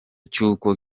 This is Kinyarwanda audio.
cy’uko